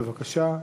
בבקשה.